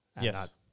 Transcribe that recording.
Yes